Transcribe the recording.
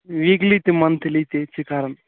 weekly تہٕ monthly تہِ چھِ کَران